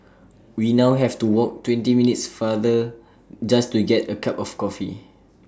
we now have to walk twenty minutes farther just to get A cup of coffee